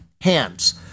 hands